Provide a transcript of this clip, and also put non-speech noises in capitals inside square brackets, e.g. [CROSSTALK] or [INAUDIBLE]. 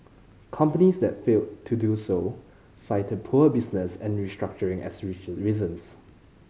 companies that failed to do so cited poor business and restructuring as [UNINTELLIGIBLE] reasons